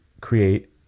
create